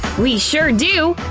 we sure do!